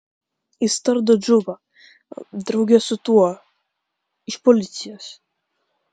jis tardo džubą drauge su tuo iš policijos